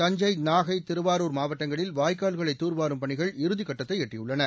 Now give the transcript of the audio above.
தஞ்சை நாகை திருவாரூர் மாவட்டங்களில் வாய்க்கால்களை தூர்வாரும் பணிகள் இறுதிக்கட்டத்தை எட்டியுள்ளன